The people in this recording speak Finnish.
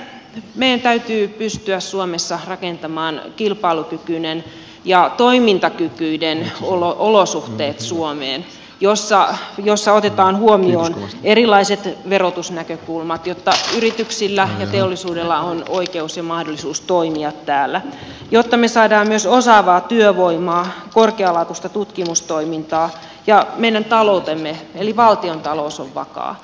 meidän täytyy pystyä suomessa rakentamaan kilpailukykyiset ja toimintakykyiset olosuhteet joissa otetaan huomioon erilaiset verotusnäkökulmat jotta yrityksillä ja teollisuudella on oikeus ja mahdollisuus toimia täällä ja jotta me saamme myös osaavaa työvoimaa korkealaatuista tutkimustoimintaa ja meidän taloutemme eli valtiontalous on vakaa